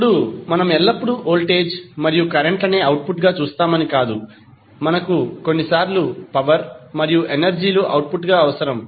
ఇప్పుడు మనం ఎల్లప్పుడూ వోల్టేజ్ మరియు కరెంట్ లనే అవుట్పుట్గా చూస్తామని కాదు మనకు కొన్నిసార్లు పవర్ మరియు ఎనర్జీ లు అవుట్పుట్గా అవసరం